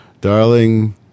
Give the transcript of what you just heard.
Darling